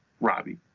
Robbie